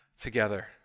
together